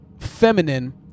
feminine